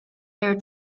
heir